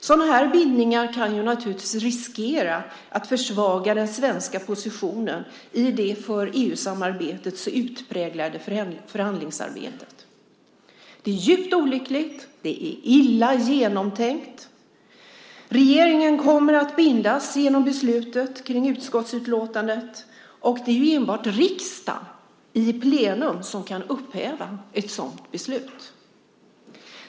Sådana bindningar kan naturligtvis försvaga den svenska positionen i det för EU-samarbetet så utpräglade förhandlingsarbetet. Det är djupt olyckligt. Det är illa genomtänkt. Regeringen kommer att bindas genom beslutet kring utskottsutlåtandet. Det är ju enbart riksdagen i plenum som kan upphäva ett sådant beslut.